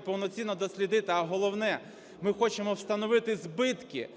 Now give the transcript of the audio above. повноцінно дослідити, а головне, ми хочемо встановити збитки